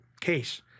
case